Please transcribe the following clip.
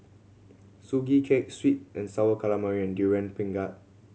Sugee Cake sweet and Sour Calamari and Durian Pengat